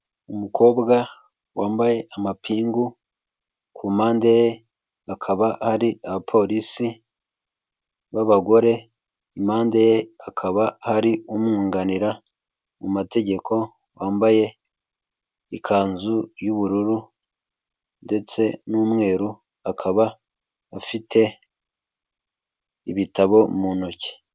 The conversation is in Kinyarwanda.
Umukobwa wambaye amapingu ku mpande akaba ari abapolisi ba abagore impande ye akaba ari umwunganira mu mategeko wambaye ikanzu y'ubururu ndetse n'umweru akaba afite ibitabo mu ntoki.